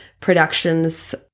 productions